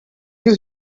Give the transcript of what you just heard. you